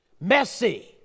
messy